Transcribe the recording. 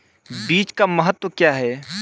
बीज का महत्व क्या है?